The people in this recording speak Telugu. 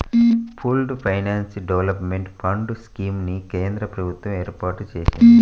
pooled finance development fund scheme ని కేంద్ర ప్రభుత్వం ఏర్పాటు చేసింది